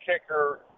kicker